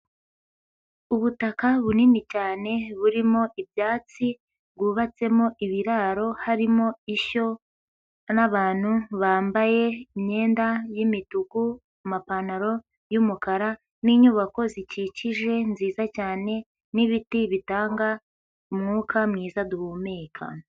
Ubutaka bunini cyane burimo ibyatsi bwubatsemo ibiraro harimo ishyo n'abantu bambaye imyenda y'imituku, amapantaro y'umukara n'inyubako zikikije nziza cyane n'ibiti bitanga umwuka mwiza duhumeka.